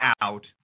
out